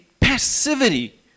passivity